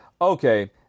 Okay